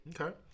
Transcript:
Okay